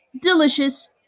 Delicious